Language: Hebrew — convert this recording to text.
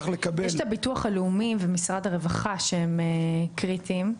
יש את הביטוח הלאומי ומשרד הרווחה שהם קריטיים.